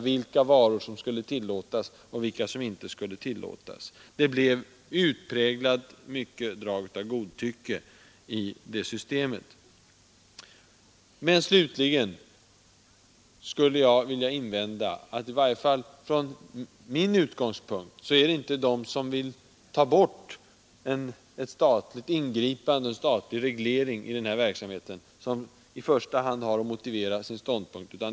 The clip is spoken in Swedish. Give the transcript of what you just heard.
Vilka varor skulle tillåtas och vilka skulle inte tillåtas? Det blev ett utpräglat drag av godtycke i det systemet. 4. Slutligen: i varje fall från min utgångspunkt är det inte de som vill ta bort en statlig reglering av den här verksamheten som i första hand har att motivera sin ståndpunkt.